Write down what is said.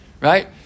right